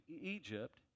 Egypt